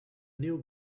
new